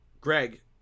Greg